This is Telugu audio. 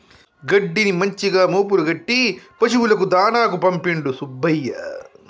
గడ్డిని మంచిగా మోపులు కట్టి పశువులకు దాణాకు పంపిండు సుబ్బయ్య